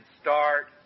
start